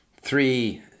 three